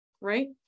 Right